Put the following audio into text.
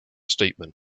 statement